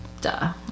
Duh